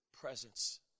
presence